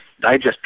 digest